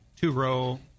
two-row